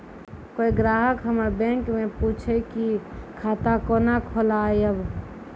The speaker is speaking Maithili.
कोय ग्राहक हमर बैक मैं पुछे की खाता कोना खोलायब?